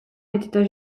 était